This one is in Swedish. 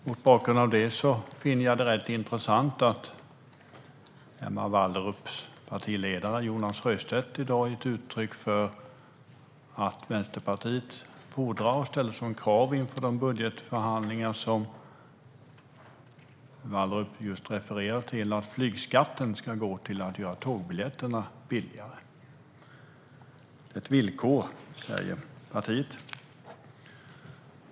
Mot bakgrund av detta finner jag det rätt intressant att Emma Wallrups partiledare Jonas Sjöstedt i dag har gett uttryck för att Vänsterpartiet fordrar och ställer som krav inför de budgetförhandlingar som Wallrup just refererade till att flygskatten ska gå till att göra tågbiljetterna billigare. Det är ett villkor, säger partiet.